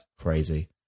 crazy